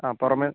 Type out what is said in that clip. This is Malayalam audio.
ആ പുറമേ